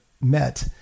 met